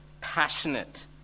passionate